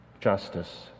justice